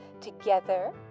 together